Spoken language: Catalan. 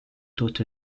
tots